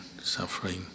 suffering